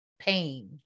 pain